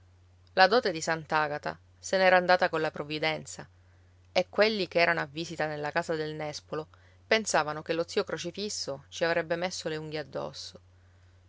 la dote di sant'agata se n'era andata colla provvidenza e quelli che erano a visita nella casa del nespolo pensavano che lo zio crocifisso ci avrebbe messo le unghie addosso